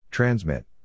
Transmit